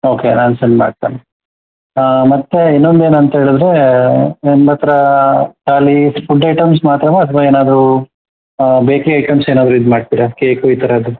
okay ನಾನು send ಮಾಡ್ತೇನೆ ಮತ್ತೆ ಇನ್ನೊಂದೇನಂತ ಹೇಳಿದ್ರೆ ನಿಮ್ಮತ್ತಿರ ಖಾಲಿ ಫುಡ್ ಐಟಮ್ಸ್ ಮಾತ್ರವಾ ಅಥವಾ ಏನಾದರು ಬೇಕ್ರಿ ಐಟಮ್ಸ್ ಏನಾದರು ಇದು ಮಾಡ್ತೀರಾ ಕೇಕು ಈ ಥರದ್ದು